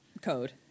code